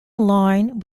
line